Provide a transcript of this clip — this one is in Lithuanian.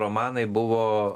romanai buvo